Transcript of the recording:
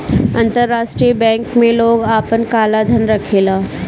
अंतरराष्ट्रीय बैंक में लोग आपन काला धन रखेला